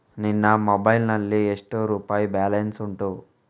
ನಿನ್ನ ಮೊಬೈಲ್ ನಲ್ಲಿ ಎಷ್ಟು ರುಪಾಯಿ ಬ್ಯಾಲೆನ್ಸ್ ಉಂಟು?